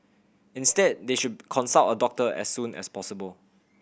instead they should consult a doctor as soon as possible